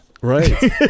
right